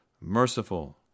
merciful